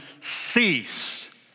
cease